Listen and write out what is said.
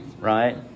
right